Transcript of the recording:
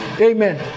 Amen